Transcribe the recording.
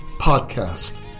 podcast